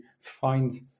find